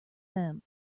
them